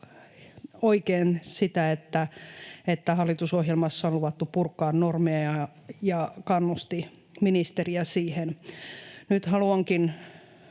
oikein sen, että hallitusohjelmassa on luvattu purkaa normeja, ja kannusti ministeriä siihen. Nyt haluankin